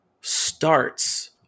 starts